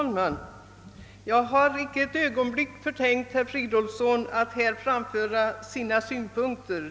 Herr talman! Jag har icke ett ögonblick förtänkt herr Fridolfsson i Stockholm att här framföra sina synpunkter.